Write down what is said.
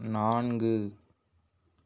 நான்கு